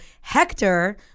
Hector